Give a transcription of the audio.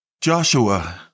Joshua